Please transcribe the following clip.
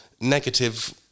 negative